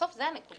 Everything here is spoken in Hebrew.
בסוף זה הנקודה.